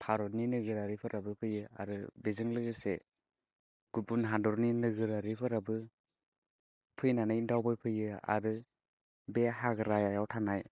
भारतनि नोगोरारिफोराबो फैयो आरो बेजों लोगोसे गुबुन हादरनि नोगोरारिफोराबो फैनानै दावबाय फैयो आरो बे हाग्रायाव थानाय